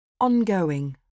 Ongoing